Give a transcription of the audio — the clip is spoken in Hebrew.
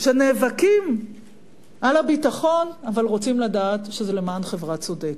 שנאבקים על הביטחון אבל רוצים לדעת שזה למען חברה צודקת.